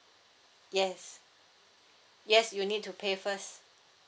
yes yes you need to pay first